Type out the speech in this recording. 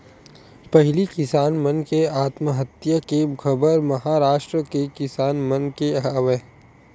पहिली किसान मन के आत्महत्या के खबर महारास्ट के किसान मन के आवय